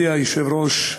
מכובדי היושב-ראש,